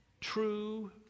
true